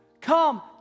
come